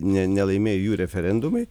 ne nelaimėjo jų referendumai